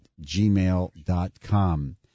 gmail.com